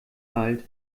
alt